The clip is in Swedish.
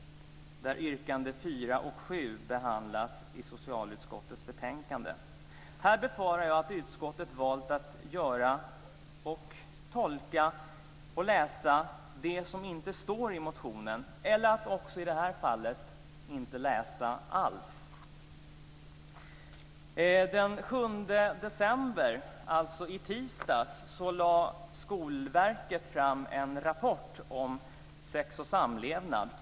Yrkandena 4 och 7 behandlas i socialutskottets betänkande. Jag befarar att utskottet har valt att tolka och läsa det som inte står i motionen, eller så har man också i det här fallet valt att inte läsa alls. Den 7 december, alltså i tisdags, lade Skolverket fram en rapport om sex och samlevnad.